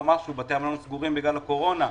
בתי המלון סגורים בגלל הקורונה.